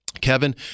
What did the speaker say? Kevin